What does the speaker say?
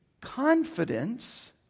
confidence